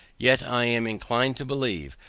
yet i am inclined to believe,